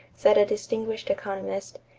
said a distinguished economist,